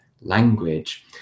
language